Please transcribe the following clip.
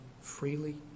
freely